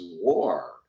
war